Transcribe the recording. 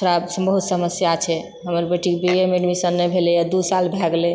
थोड़ा बहुत समस्या छै हमर बेटीके बीएमे एडमिशन नहि भेलैया दू साल भए गेलै